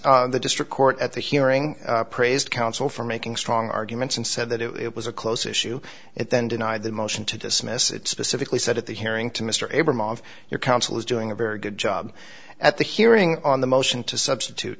arguments the district court at the hearing praised council for making strong arguments and said that it was a close issue it then denied the motion to dismiss it specifically said at the hearing to mr abrams of your counsel is doing a very good job at the hearing on the motion to substitute